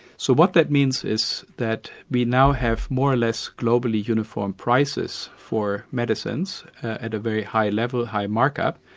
so what that means is that we now have more or less globally uniform prices for medicines, at a very high level, high mark-up,